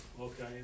okay